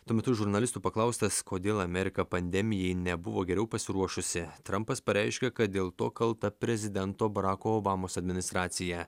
tuo metu žurnalistų paklaustas kodėl amerika pandemijai nebuvo geriau pasiruošusi trampas pareiškė kad dėl to kalta prezidento barako obamos administracija